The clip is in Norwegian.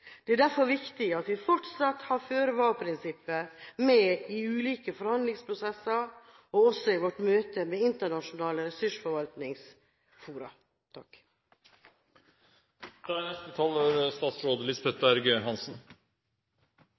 Det er derfor viktig at vi fortsatt har føre-var-prinsippet med i ulike forhandlingsprosesser, og også i vårt møte med internasjonale ressursforvaltningsfora.